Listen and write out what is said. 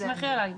תסמכי עליי.